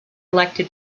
elected